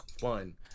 fun